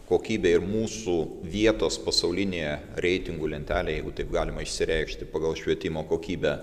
kokybė ir mūsų vietos pasaulinėje reitingų lentelėj jeigu taip galima išsireikšti pagal švietimo kokybę